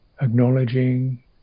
acknowledging